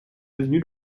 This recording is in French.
devenu